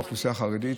באוכלוסייה החרדית,